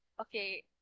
okay